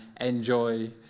Enjoy